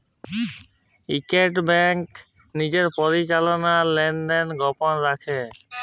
ইকট ব্যাংক লিজের পরিচাললা আর লেলদেল গপল রাইখে